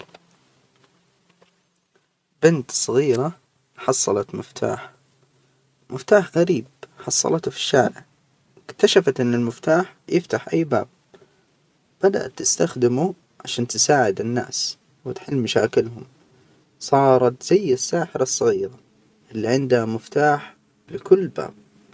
بنت صغيرة، حصلت مفتاح- مفتاح غريب حصلته في الشارع، اكتشفت إن المفتاح يفتح أي باب، بدأت تستخدمه عشان تساعد الناس وتحل مشاكلهم، صارت زي الساحرة الصغير ة إللي عندها مفتاح لكل باب.